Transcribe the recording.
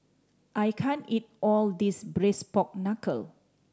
I can't eat all this Braised Pork Knuckle